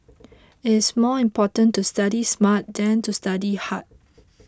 it's more important to study smart than to study hard